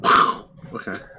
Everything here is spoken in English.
Okay